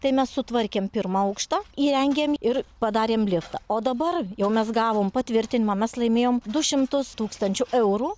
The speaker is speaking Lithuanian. tai mes sutvarkėm pirmą aukštą įrengėm ir padarėm liftą o dabar jau mes gavom patvirtinimą mes laimėjom du šimtus tūkstančių eurų